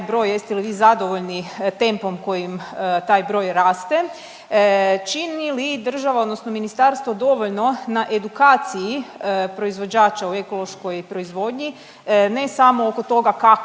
broj, jeste li vi zadovoljni tempom kojim taj broj raste? Čini li država odnosno ministarstvo dovoljno na edukaciji proizvođača u ekološkoj proizvodnji, ne samo oko toga kako